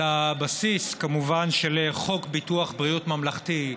על הבסיס, כמובן, של חוק ביטוח בריאות ממלכתי.